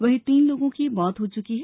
वहीं तीन लोगों की मौत हो चुकी है